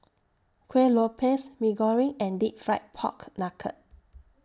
Kueh Lopes Mee Goreng and Deep Fried Pork Knuckle